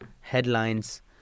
headlines